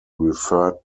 referred